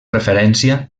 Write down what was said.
referència